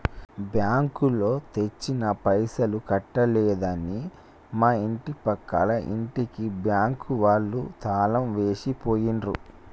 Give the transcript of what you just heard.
బ్యాంకులో తెచ్చిన పైసలు కట్టలేదని మా ఇంటి పక్కల ఇంటికి బ్యాంకు వాళ్ళు తాళం వేసి పోయిండ్రు